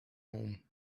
home